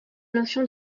notion